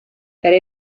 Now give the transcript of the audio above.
era